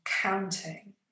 counting